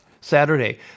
Saturday